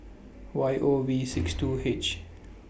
Y O V six two H